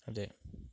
അതെ